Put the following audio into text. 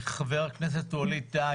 חבר הכנסת ווליד טאהא,